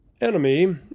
enemy